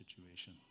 situation